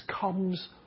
comes